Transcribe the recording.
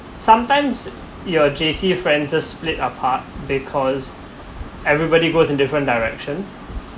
sometimes your J_C friends split apart because everybody goes in different directions